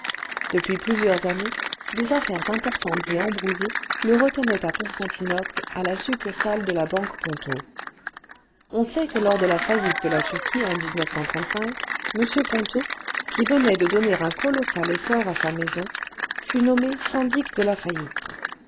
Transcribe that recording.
depuis plusieurs années des affaires importantes et embrouillées le retenaient à constantinople à la succursale de la banque ponto on sait que lors cle la faillite de la turquie en m ponto qui venait de donner un colossal essor à sa maison fut nommé syndic de la faillite